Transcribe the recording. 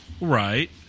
right